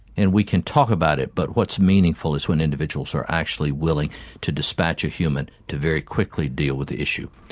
and we can talk about it, but what's meaningful is when individuals are actually willing to dispatch a human to very quickly deal with the issue.